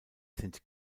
sind